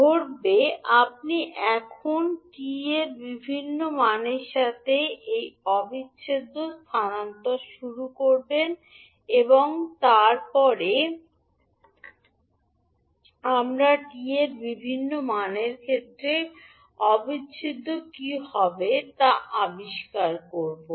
ঘটবে আপনি এখন t এর বিভিন্ন মানের সাথে এই অবিচ্ছেদ্য স্থানান্তর শুরু করবেন এবং তারপরে আমরা t এর বিভিন্ন মানের ক্ষেত্রে অবিচ্ছেদ্য কি হবে তা আবিষ্কার করব